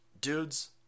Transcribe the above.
dudes